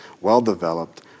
well-developed